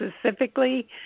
specifically